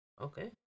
Okay